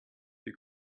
die